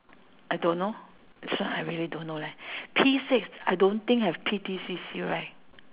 I don't know this one I really don't know leh P six I don't think have P_T_C_C right